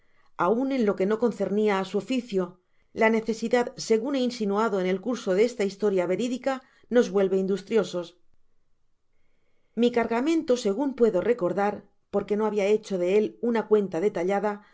aun en lo que no concernia á su oficio la necesidad segun he insinuado ea el curso de esta historia veridica nos vuelve industriosos mi cargamento segun puedo recordar porque no habia hecho de él una cuenta detallada